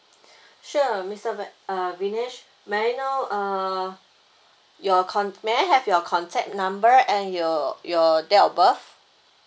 sure mister uh viknesh may I know uh your con~ may I have your contact number and your your date of birth